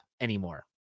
anymore